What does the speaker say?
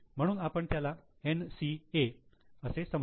म्हणून आपण त्याला 'NCA' असे समजू